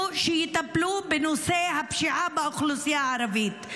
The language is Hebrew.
שיטפלו בנושא הפשיעה באוכלוסייה הערבית,